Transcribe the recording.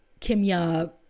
Kimya